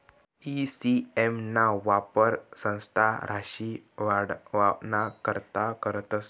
E CS ना वापर संस्था राशी वाढावाना करता करतस